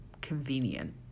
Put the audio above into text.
convenient